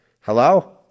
Hello